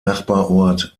nachbarort